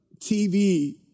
TV